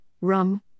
rum